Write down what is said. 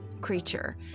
creature